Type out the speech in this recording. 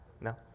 No